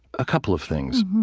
a couple of things.